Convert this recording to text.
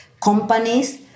companies